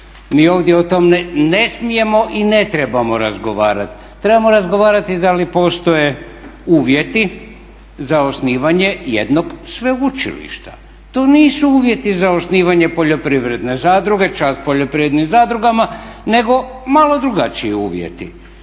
mi ovdje o tom ne smijemo i ne trebamo razgovarat. Trebamo razgovarati da li postoje uvjeti za osnivanje jednog sveučilišta. To nisu uvjeti za osnivanje poljoprivredne zadruge, čast poljoprivrednim zadrugama, nego malo drugačiji uvjeti.